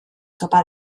topa